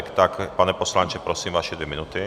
Tak, pane poslanče, prosím, vaše dvě minuty.